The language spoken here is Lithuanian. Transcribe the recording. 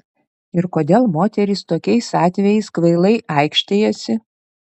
ir kodėl moterys tokiais atvejais kvailai aikštijasi